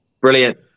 Brilliant